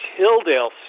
Hildale